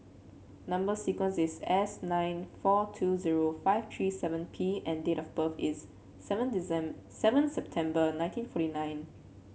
number sequence is S nine four two zero five three seven P and date of birth is seven seven September nineteen forty nine